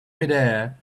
midair